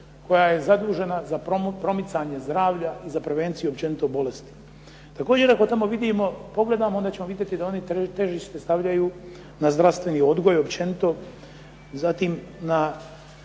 koja je zadužena za promicanje zdravlja i za prevenciju općenito bolesti. Također ako tamo vidimo, pogledamo, onda ćemo vidjeti da oni težište stavljaju na zdravstveni odgoj općenito, zatim na